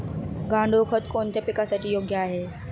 गांडूळ खत कोणत्या पिकासाठी योग्य आहे?